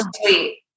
sweet